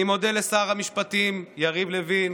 אני מודה גם לשר המשפטים יריב לוין